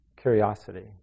curiosity